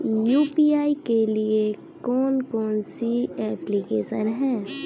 UPI के लिए कौन कौन सी एप्लिकेशन हैं?